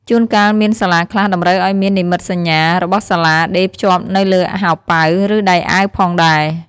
ជួនកាលមានសាលាខ្លះតម្រូវឱ្យមាន និមិត្តសញ្ញា របស់សាលាដេរភ្ជាប់នៅលើហោប៉ៅ ឬដៃអាវផងដែរ។